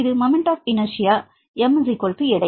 இது moment of inertia m எடை